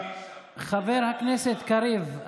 חבר הכנסת קריב,